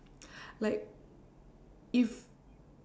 like if